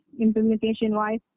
implementation-wise